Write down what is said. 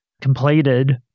completed